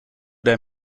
der